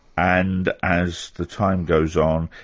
and as the time goes on,